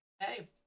hey